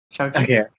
okay